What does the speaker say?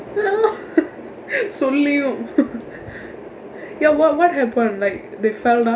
சொல்லியும்:solliyum ya what what happen like they fell down or how